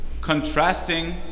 contrasting